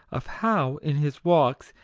of how, in his walks,